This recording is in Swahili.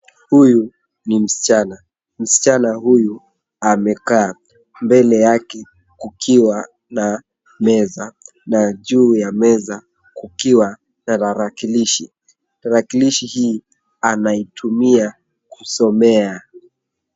Huyu ni msichana, msichana huyu amekaa mbele yake kukiwa na meza na juu ya meza kukiwa na tarakilishi, tarakilishi hii anaitumia kusomea.